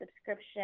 subscription